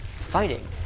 fighting